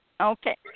Okay